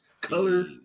Color